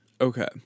Okay